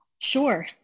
Sure